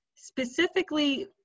Specifically